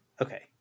Okay